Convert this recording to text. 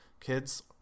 kids